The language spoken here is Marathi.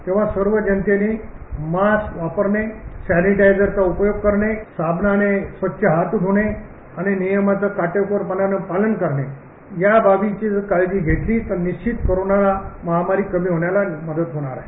तेव्हा सर्व जनतेने मास्क वापरणे सॅनिटायझरचा उपयोग करणे साबणाने स्वच्छ हात ध्रणे आणि नियमाचं काटेकोरपणाने पालन करणे या बाबींची काळजी घेतली तर निश्चित कोरोना महामारी कमी होण्याला मदत होईल